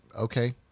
okay